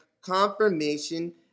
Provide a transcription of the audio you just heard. confirmation